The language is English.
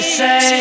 say